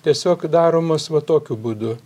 tiesiog daromos va tokiu būdu